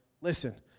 listen